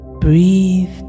Breathe